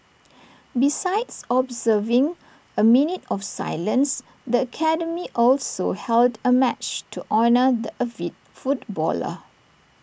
besides observing A minute of silence the academy also held A match to honour the avid footballer